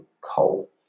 coal